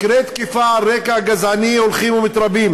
מקרי תקיפה על רקע גזעני הולכים ומתרבים